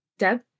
Deb